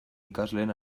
ikasleen